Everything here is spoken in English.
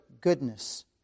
goodness